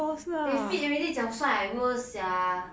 they fit already 脚酸 I worse sia